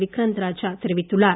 விக்ராந்த் ராஜா தெரிவித்துள்ளார்